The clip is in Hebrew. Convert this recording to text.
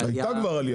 הייתה כבר עלייה.